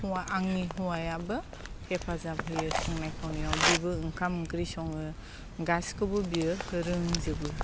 हौवा आंनि हौवायाबो हेफाजाब होयो संनाय खावनायाव बेबो ओंखाम ओंख्रि सङो गासैखौबो बियो रोंजोबो